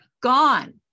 gone